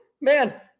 man